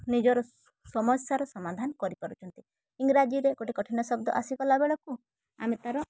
ନିଜର ସମସ୍ୟାର ସମାଧାନ କରିପାରୁଛନ୍ତି ଇଂରାଜୀରେ ଗୋଟେ କଠିନ ଶବ୍ଦ ଆସିଗଲା ବେଳକୁ ଆମେ ତାର